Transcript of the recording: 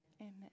Amen